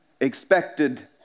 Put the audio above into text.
Expected